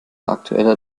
aktueller